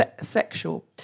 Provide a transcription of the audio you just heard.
Sexual